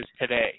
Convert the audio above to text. today